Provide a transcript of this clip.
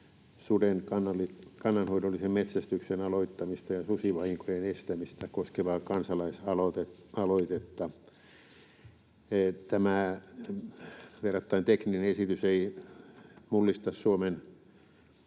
suden kannanhoidollisen metsästyksen aloittamista ja susivahinkojen estämistä koskevaa kansalaisaloitetta. Tämä verrattain tekninen esitys ei mullista Suomen